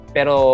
Pero